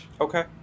Okay